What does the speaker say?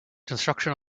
construction